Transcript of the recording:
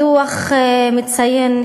הדוח מציין,